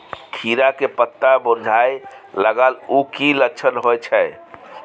खीरा के पत्ता मुरझाय लागल उ कि लक्षण होय छै?